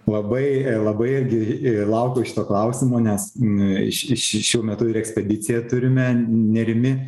labai labai irgi laukiau šito klausimo nes m š šiuo metu ir ekspediciją turime nerimi